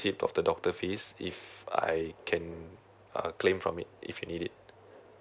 ~ceipt of the doctor fees if I can um claim from it if you need it